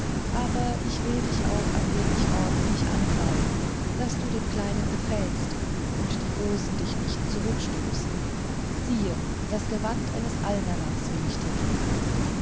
aber ich will dich auch ein wenig ordentlich ankleiden daß du den kleinen gefällst und die großen dich nicht zurückstoßen siehe das gewand eines almanach will ich dir geben